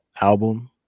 album